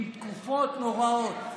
עם תקופות נוראות,